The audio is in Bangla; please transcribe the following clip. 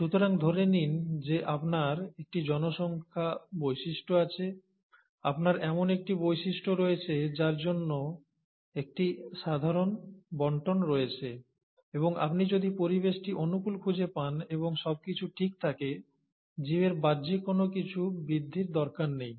সুতরাং ধরে নিন যে আপনার একটি জনসংখ্যা বৈশিষ্ট্য আছে আপনার এমন একটি বৈশিষ্ট্য রয়েছে যার জন্য একটি সাধারণ বন্টন রয়েছে এবং আপনি যদি পরিবেশটি অনুকূল খুঁজে পান এবং সবকিছু ঠিক থাকে জীবের বাহ্যিক কোন কিছু বৃদ্ধির দরকার নেই